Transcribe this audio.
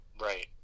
right